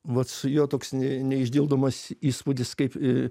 vat su juo toks neišdildomas įspūdis kaip